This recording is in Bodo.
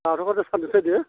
सावथालफोरजों सान्दुं सायदों